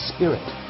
Spirit